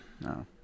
No